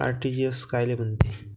RTGS कायले म्हनते?